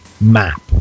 map